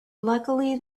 luckily